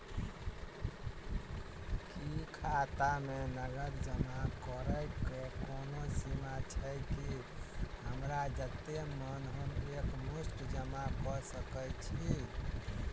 की खाता मे नगद जमा करऽ कऽ कोनो सीमा छई, की हमरा जत्ते मन हम एक मुस्त जमा कऽ सकय छी?